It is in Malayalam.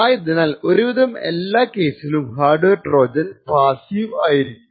ആയതിനാൽ ഒരു വിധം എല്ലാ കേസിലും ഹാർഡ് വെയർ ട്രോജൻ പാസ്സീവ് ആയിരിക്കും